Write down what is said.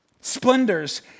splendors